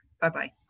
Bye-bye